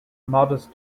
modest